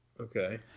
Okay